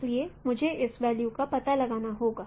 इसलिए मुझे इस वेल्यू का पता लगाना होगा